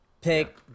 pick